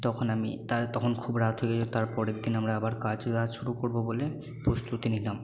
তখন আমি তখন খুব রাত হয়ে গেছিলো তারপরের দিন আমরা আবার কাজ শুরু করবো বলে প্রস্তুতি নিলাম